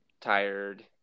tired